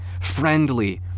friendly